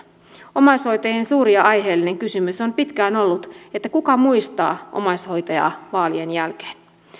omaishoitajien suuri ja aiheellinen kysymys on pitkään ollut kuka muistaa omaishoitajaa vaalien jälkeen